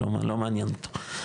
לא מעניין אותו.